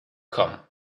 come